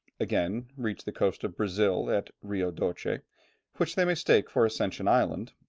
again reach the coast of brazil at rio doce, which they mistake for ascension island,